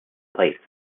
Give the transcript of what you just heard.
plates